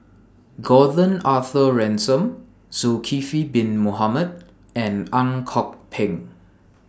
Gordon Arthur Ransome Zulkifli Bin Mohamed and Ang Kok Peng